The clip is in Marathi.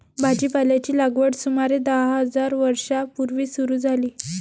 भाजीपाल्याची लागवड सुमारे दहा हजार वर्षां पूर्वी सुरू झाली